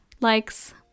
likes